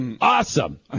Awesome